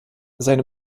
seine